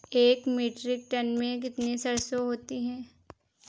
एक metric ton में कितनी सरसों होती है?